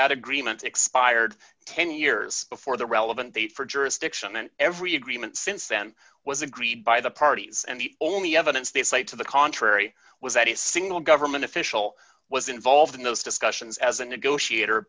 that agreement expired ten years before the relevant date for jurisdiction and every agreement since then was agreed by the parties and the only evidence they cite to the contrary was that a single government official was involved in those discussions as a negotiator